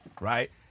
right